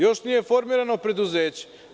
Još nije formirano preduzeće.